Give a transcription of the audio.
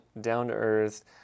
down-to-earth